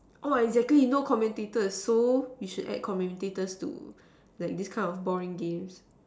orh exactly no commentator so you should add commentators to this kind of boring games